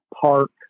park